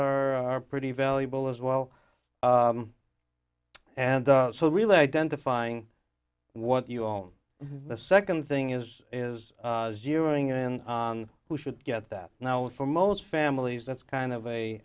are pretty valuable as well and so really identifying what you own the second thing is is zeroing in on who should get that now and for most families that's kind of a